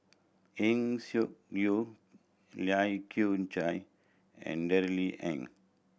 Eng Siak Loy Lai Kew Chai and Darrell Ang